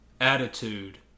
Attitude